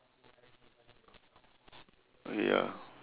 ya